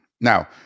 Now